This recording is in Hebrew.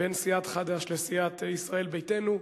בין סיעת חד"ש לסיעת ישראל ביתנו,